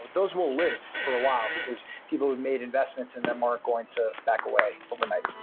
those will live for a while because people have made investments in them are going to back away overnight